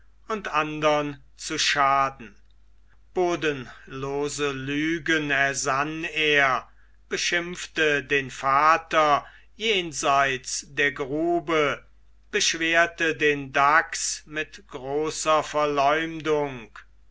und andern zu schaden bodenlose lügen ersann er beschimpfte den vater jenseit der grube beschwerte den dachs mit großer verleumdung